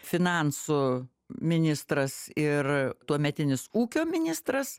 finansų ministras ir tuometinis ūkio ministras